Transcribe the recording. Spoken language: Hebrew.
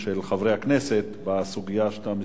של חברי הכנסת בסוגיה שאתה מדבר עליה.